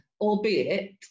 Albeit